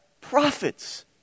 prophets